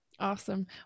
awesome